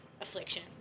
affliction